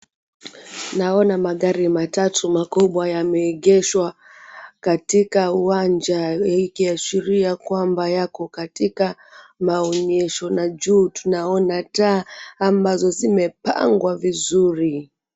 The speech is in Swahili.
Naona magari matatu makubwa yameegeshwa katika uwanja ikiashiria kwamba yako katika maonyesho na juu tunaona taa ambazo zimepangwa vizuri.